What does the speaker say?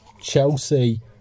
Chelsea